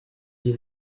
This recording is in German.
die